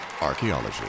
Archaeology